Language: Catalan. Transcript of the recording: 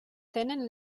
tenen